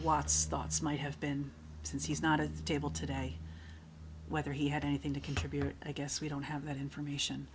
watts thoughts might have been since he's not a table today whether he had anything to contribute i guess we don't have that information